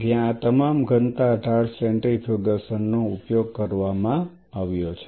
જ્યાં આ તમામ ઘનતા ઢાળ સેન્ટ્રીફ્યુગેશન નો ઉપયોગ કરવામાં આવ્યો છે